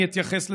אני אתייחס לזה.